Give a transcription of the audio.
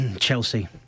Chelsea